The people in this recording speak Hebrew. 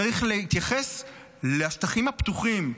צריך להתייחס לשטחים הפתוחים,